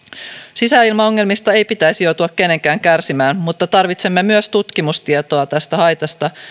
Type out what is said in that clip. sisäilmaongelmista ei pitäisi joutua kenenkään kärsimään mutta tarvitsemme myös tutkimustietoa tästä haitasta